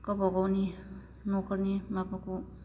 गावबा गावनि नख'रनि माबाखौ